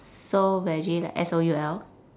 soul veggie like S O U L